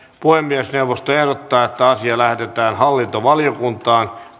puhemiesneuvosto ehdottaa että asia lähetetään hallintovaliokuntaan